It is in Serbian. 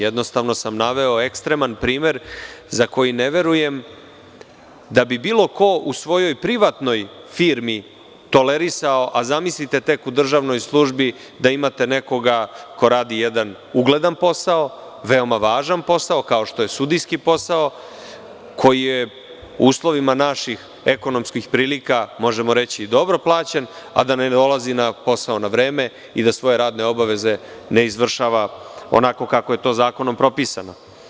Jednostavno sam naveo ekstreman primer za koji ne verujem da bi bilo ko u svojoj privatnoj firmi tolerisao, a zamislite tek u državnoj službi da imate nekoga ko radi jedan ugledan posao, veoma važan posao kao što je sudijski posao, koji je u uslovima naših ekonomskih prilika, možemo reći dobro plaćen, a da ne dolazi na posao na vreme i da svoje radne obaveze ne izvršava onako kako je to zakonom propisano.